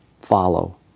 follow